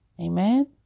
Amen